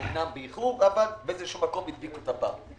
אמנם באיחור אבל באיזשהו מקום הדביקו את הפער.